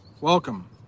Welcome